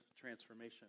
transformation